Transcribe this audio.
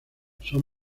son